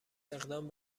اقدام